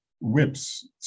whips